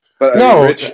no